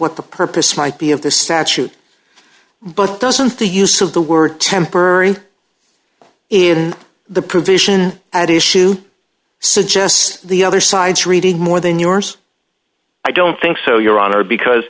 what the purpose might be of the statute but doesn't the use of the word temporary in the provision at issue suggests the other side's reading more than yours i don't think so your honor because